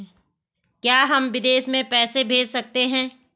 क्या हम विदेश में पैसे भेज सकते हैं?